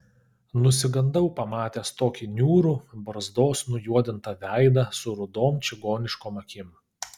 nusigandau pamatęs tokį niūrų barzdos nujuodintą veidą su rudom čigoniškom akim